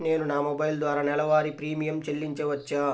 నేను నా మొబైల్ ద్వారా నెలవారీ ప్రీమియం చెల్లించవచ్చా?